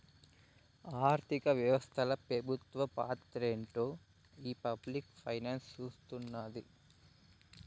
ఆర్థిక వ్యవస్తల పెబుత్వ పాత్రేంటో ఈ పబ్లిక్ ఫైనాన్స్ సూస్తున్నాది